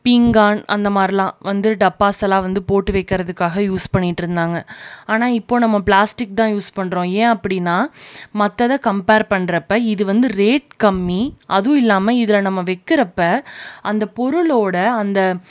பீங்கான் அந்த மாதிரிலான் வந்து டப்பாஸல்லான் வந்து போட்டு வைக்கிறதுக்காக யூஸ் பண்ணிகிட்டு இருந்தாங்க ஆனால் இப்போது நம்ம பிளாஸ்டிக் தான் யூஸ் பண்ணுறோம் ஏன் அப்படின்னா மத்ததை கம்ப்பேர் பண்ணுறப்ப இது வந்து ரேட் கம்மி அதுவும் இல்லாமல் இதில் நம்ம வைக்கிறப்ப அந்த பொருளோடய அந்த